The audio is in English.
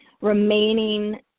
remaining